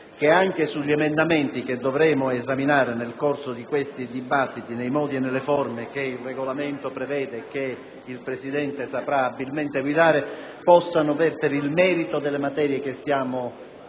che anche gli emendamenti che dovremo esaminare nel corso di questo dibattito, nei modi e nelle forme che il Regolamento prevede e che il Presidente saprà abilmente guidare, possano vertere il merito delle materie che stiamo discutendo